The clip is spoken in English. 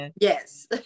yes